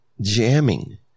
jamming